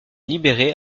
libéré